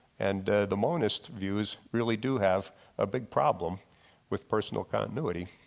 and the monist views really do have a big problem with personal continuity.